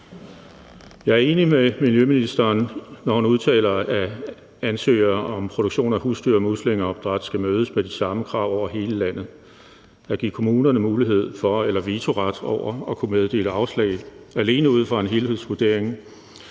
Jeg er enig med miljøministeren, når hun udtaler, at ansøgere om produktion af husdyr- og muslingeopdræt skal mødes med de samme krav i hele landet. At give kommunerne mulighed for eller vetoret over for at kunne meddele afslag alene ud fra en helhedsvurdering,